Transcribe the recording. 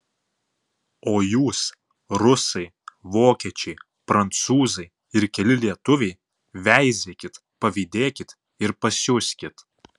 o jūs rusai vokiečiai prancūzai ir keli lietuviai veizėkit pavydėkit ir pasiuskit